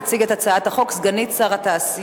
תציג את הצעת החוק סגנית שר התעשייה,